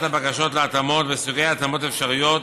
הבקשות להתאמות ובסוגי ההתאמות האפשריות,